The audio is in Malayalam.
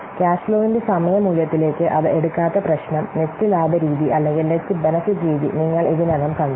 ക്യാഷ് ഫ്ലോവിന്റെ സമയ മൂല്യത്തിലേക്ക് അത് എടുക്കാത്ത പ്രശ്നം നെറ്റ് ലാഭ രീതി അല്ലെങ്കിൽ നെറ്റ് ബെനിഫിറ്റ് രീതി നിങ്ങൾ ഇതിനകം കണ്ടു